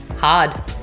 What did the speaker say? Hard